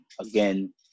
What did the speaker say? again